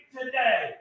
today